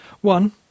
One